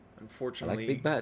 Unfortunately